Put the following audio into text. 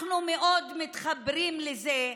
אנחנו מאוד מתחברים לזה,